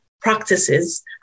practices